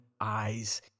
eyes